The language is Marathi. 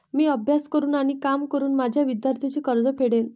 मी अभ्यास करून आणि काम करून माझे विद्यार्थ्यांचे कर्ज फेडेन